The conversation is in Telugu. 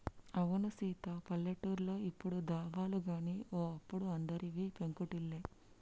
అవునే సీత పల్లెటూర్లో ఇప్పుడు దాబాలు గాని ఓ అప్పుడు అందరివి పెంకుటిల్లే